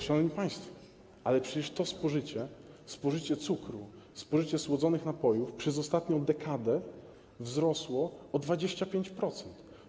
Szanowni państwo, ale przecież to spożycie, spożycie cukru, spożycie słodzonych napojów przez ostatnią dekadę wzrosło o 25%.